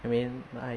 I mean I